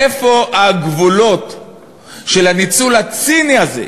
איפה הגבולות של הניצול הציני הזה?